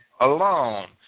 alone